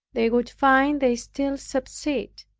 they would find they still subsist,